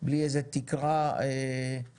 בלי איזה תקרה או